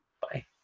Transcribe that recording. Bye